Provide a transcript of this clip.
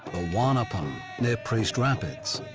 ah wanapum, near priest rapids.